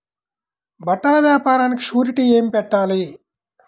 బట్టల వ్యాపారానికి షూరిటీ ఏమి పెట్టాలి?